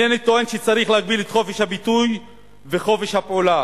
אינני טוען שצריך להגביל את חופש הביטוי וחופש הפעולה.